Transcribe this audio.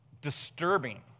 disturbing